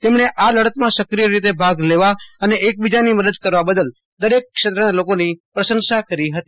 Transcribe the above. તેમણે આ લડતમાં સક્રિય રીતે ભાગ લેવા અને એકબીજાની મદદ કરવા બદલ દરેક ક્ષેત્રના લોકોની પ્રશંસા કરી હતી